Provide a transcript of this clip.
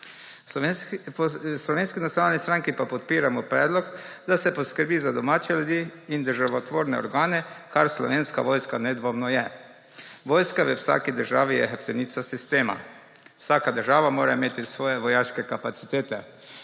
Slovenski nacionalni stranki pa podpiramo predlog, da se poskrbi za domače ljudi in državotvorne organe, kar Slovenska vojska nedvomno je. Vojska v vsaki državi je hrbtenica sistema. Vsaka država mora imeti svoje vojaške kapacitete.